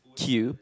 till